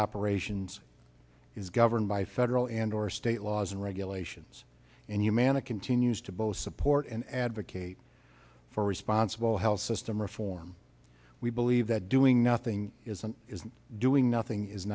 operations is governed by federal and or state laws and regulations and humana continues to both support and advocate for responsible health system reform we believe that doing nothing is and is doing nothing is